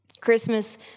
Christmas